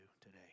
today